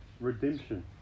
redemption